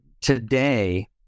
today